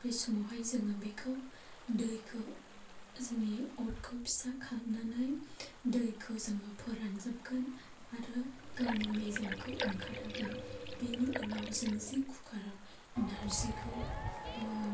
बे समावहाय जोङो बेखौ दैखौ जोंनि अरखौ फिसा खालामनानै दैखौ जोङो फोरानजोबगोन आरो गावनि मेजेमखौ ओंखार होगोन बेनि उनाव जोङो जि कुकाराव नारजिखौ